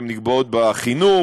הן נקבעות בחינוך,